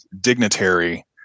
dignitary